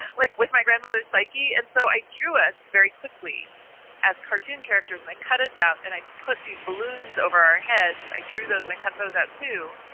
like with my grandmother's psyche. and so i drew us very quickly as cartoon characters and they cut us out. and i put these balloons over our heads. i drew those and i cut those out, too.